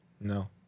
No